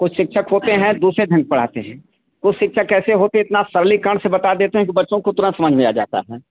कोई शिक्षक होते हैं दूसरे ढंग से पढ़ाते हैं कोई शिक्षक ऐसे होते हैं इतना सरलीकरण से बता देते हैं कि बच्चों को तुरंत समझ में आ जाता है